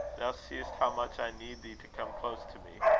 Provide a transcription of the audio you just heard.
thou seest how much i need thee to come close to me,